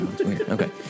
Okay